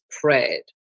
prayed